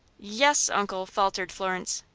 yes, uncle, faltered florence.